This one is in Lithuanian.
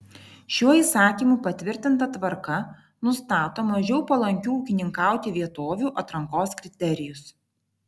šiuo įsakymu patvirtinta tvarka nustato mažiau palankių ūkininkauti vietovių atrankos kriterijus